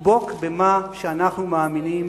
לדבוק במה שאנחנו מאמינים,